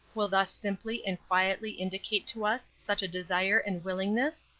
will thus simply and quietly indicate to us such a desire and willingness?